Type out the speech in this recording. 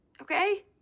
Okay